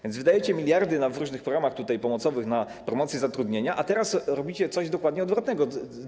Więc wydajecie miliardy w ramach różnych programów pomocowych na promocję zatrudnienia, a teraz robicie coś dokładnie odwrotnego.